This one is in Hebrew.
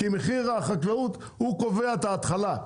כי מחיר החקלאות הוא קובע את ההתחלה.